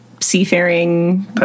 seafaring